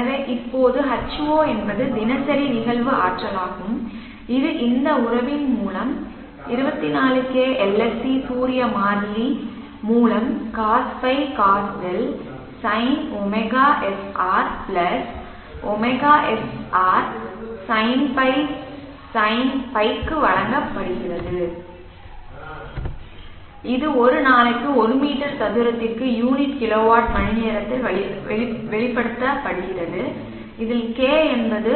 எனவே இப்போது H0 என்பது தினசரி நிகழ்வு ஆற்றலாகும் இது இந்த உறவின் மூலம் 24 k LSC சூரிய மாறிலி by மூலம் Cos ϕ Cos δ Sin wsr ωsr Sinϕ Sin π க்கு வழங்கப்படுகிறது இது ஒரு நாளைக்கு ஒரு மீட்டர் சதுரத்திற்கு யூனிட் கிலோவாட் மணிநேரத்தில் வெளிப்படுத்தப்படுகிறது k என்பது